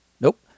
Nope